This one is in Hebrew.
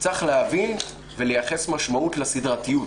צריך להבין ולייחס משמעות לסדרתיות.